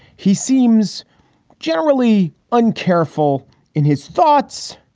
he seems generally un careful in his thoughts,